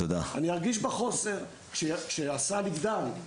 אני ארגיש בחוסר כשהסל יגדל.